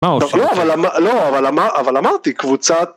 לא אבל. לא, אבל. אבל אמרתי קבוצת